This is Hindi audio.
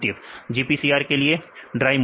GPCR के लिए ड्राई मोटीफ